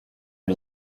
aux